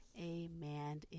amen